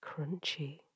crunchy